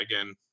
again